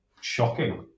shocking